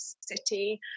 city